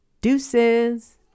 Deuces